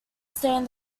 stand